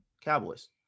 Cowboys